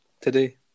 today